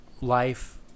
life